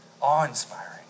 awe-inspiring